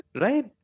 Right